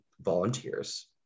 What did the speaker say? volunteers